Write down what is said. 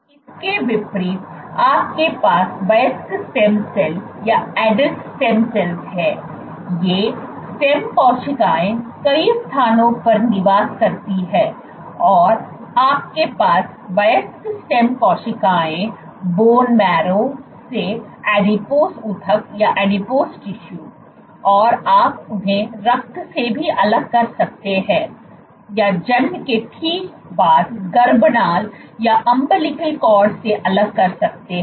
इसके विपरीत आपके पास वयस्क स्टेम सेल हैं ये स्टेम कोशिकाएँ कई स्थानों पर निवास करती हैं और आपके पास वयस्क स्टेम कोशिकाओं बोन मैरो bone marrowसे एडिपोज ऊतक और आप उन्हें रक्त से भी अलग कर सकते हैं या जन्म के ठीक बाद गर्भनाल से अलग कर सकते हैं